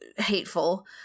Hateful